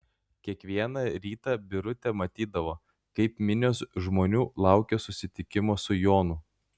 kiekvieną rytą birutė matydavo kaip minios žmonių laukia susitikimo su jonu